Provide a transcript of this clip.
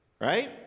right